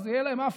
אז יהיה להם אף,